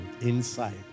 inside